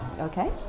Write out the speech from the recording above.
Okay